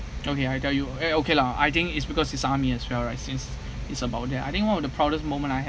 okay I tell you eh okay lah I think is because it's army as well right since it's about that I think one of the proudest moment I had